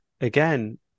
again